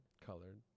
Colored